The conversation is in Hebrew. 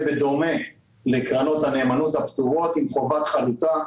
בדומה לקרנות הנאמנות הפטורות עם חובת חלוקה,